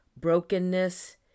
brokenness